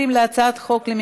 הצעת חוק החברות (תיקון,